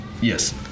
Yes